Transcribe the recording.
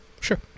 sure